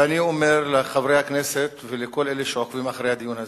ואני אומר לחברי הכנסת ולכל אלה שעוקבים אחרי הדיון הזה,